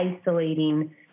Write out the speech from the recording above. isolating